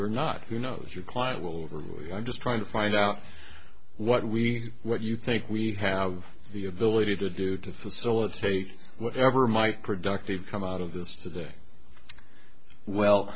you're not who knows your client well overly i'm just trying to find out what we what you think we have the ability to do to facilitate whatever might productive come out of this today well